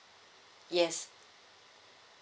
yes